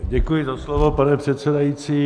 Děkuji za slovo, pane předsedající.